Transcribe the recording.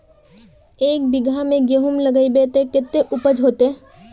एक बिगहा में गेहूम लगाइबे ते कते उपज होते?